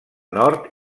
nord